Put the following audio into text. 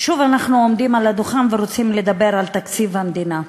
שוב אנחנו עומדים על הדוכן ורוצים לדבר על תקציב המדינה,